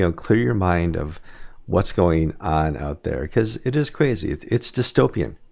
so clear your mind of what's going on out there because it is crazy it's it's dystopian.